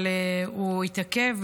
אבל הוא התעכב,